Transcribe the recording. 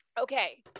Okay